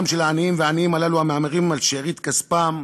והעניים הללו, המהמרים על שארית כספם,